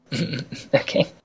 Okay